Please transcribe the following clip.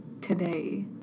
Today